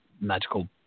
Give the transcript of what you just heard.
magical